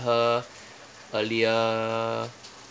her earlier